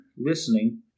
listening